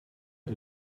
die